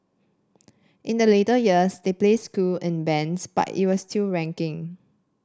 in the later years they placed school in bands but it was still ranking